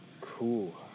Cool